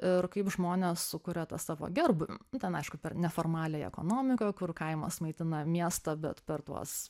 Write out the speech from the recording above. ir kaip žmonės sukuria tą savo gerbūvį ten aišku per neformaliąją ekonomiką kur kaimas maitina miestą bet per tuos